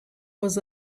was